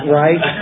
right